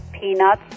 peanuts